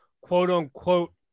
quote-unquote